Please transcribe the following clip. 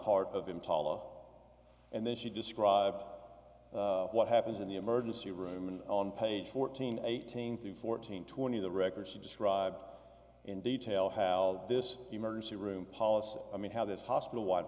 part of him paula and then she described what happens in the emergency room and on page fourteen eighteen through fourteen twenty the records she describes in detail how this emergency room policy i mean how this hospital w